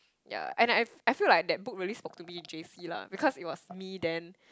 ya and I I feel like that book really spoke to me in J_C lah because it was me then